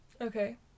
Okay